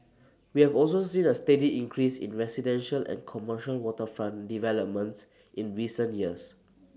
we have also see the steady increase in residential and commercial waterfront developments in recent years